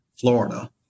Florida